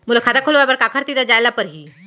मोला खाता खोलवाय बर काखर तिरा जाय ल परही?